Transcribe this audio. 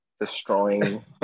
destroying